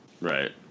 Right